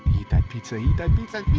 eat that pizza, eat that pizza,